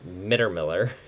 Mittermiller